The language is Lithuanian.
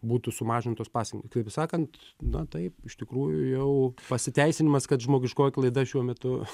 būtų sumažintos pasėm kitaip sakant na taip iš tikrųjų jau pasiteisinimas kad žmogiškoji klaida šiuo metu